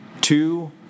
two